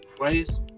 ways